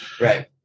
Right